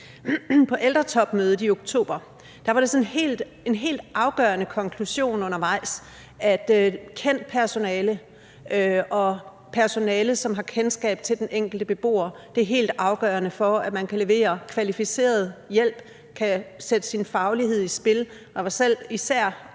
På ældretopmødet i oktober var det undervejs en helt afgørende konklusion, at kendt personale og personale, der har kendskab til den enkelte beboer, er helt afgørende for, at man kan levere kvalificeret hjælp og kan bringe sin faglighed i spil. Selv var